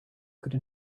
could